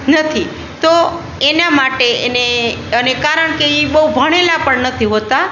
નથી તો એના માટે એને અને કારણ કે એ બહુ ભણેલા પણ નથી હોતા